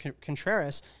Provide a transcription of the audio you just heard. Contreras